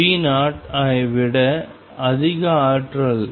V0 ஐ விட அதிக ஆற்றல்